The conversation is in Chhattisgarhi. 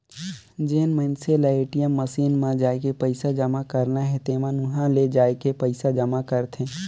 जेन मइनसे ल ए.टी.एम मसीन म जायके पइसा जमा करना हे तेमन उंहा ले जायके पइसा जमा करथे